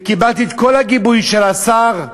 וקיבלתי את כל הגיבוי של השר,